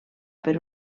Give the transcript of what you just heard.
per